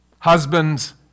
Husbands